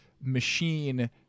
machine